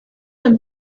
them